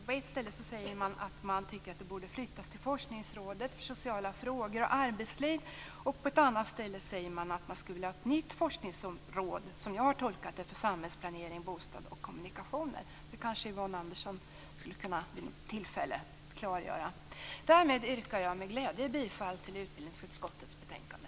På ett ställe säger man att man tycker att det borde flyttas till Forskningsrådet för sociala frågor och arbetsliv. På ett annat ställe säger man att man skulle vilja ha ett nytt forskningsområde, som jag har tolkat det, för samhällsplanering, bostad och kommunikationer. Detta kanske Yvonne Andersson skulle kunna klargöra vid tillfälle. Därmed yrkar jag med glädje bifall till hemställan i utskottets betänkande.